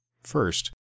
first